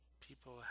people